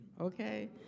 okay